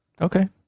Okay